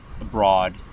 abroad